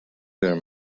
were